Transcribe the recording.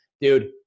Dude